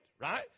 right